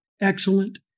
excellent